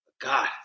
God